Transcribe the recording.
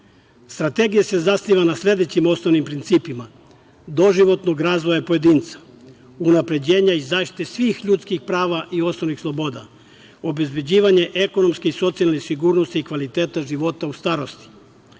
ljudi. Strategija se zasniva na sledećim osnovnim principima, doživotnog razvoja pojedinca, unapređenje i zaštita svih ljudskih prava i osnovnih sloboda, obezbeđivanje ekonomske i socijalne sigurnosti i kvaliteta života u starosti,